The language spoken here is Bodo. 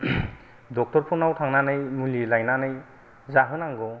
डाक्टर फोरनाव थांनानै मुलि लायनानै जाहोनांगौ